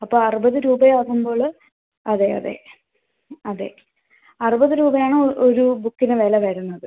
അപ്പോൾ അറുപത് രൂപയാകുമ്പോൾ അതെ അതെ അതെ അറുപത് രൂപയാണ് ഒരു ബുക്കിന് വില വരുന്നത്